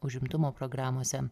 užimtumo programose